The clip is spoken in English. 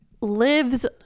lives